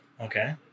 Okay